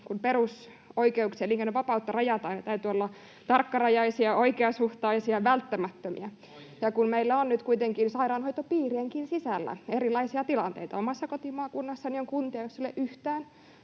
kun perusoikeuksia, elinkeinovapautta rajataan, rajoitusten täytyy olla tarkkarajaisia, oikeasuhtaisia ja välttämättömiä, [Timo Heinonen: Oikein!] ja kun meillä on nyt kuitenkin sairaanhoitopiirienkin sisällä erilaisia tilanteita — omassa kotimaakunnassani on kuntia, joissa ei ole yhtään